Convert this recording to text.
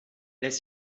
les